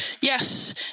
Yes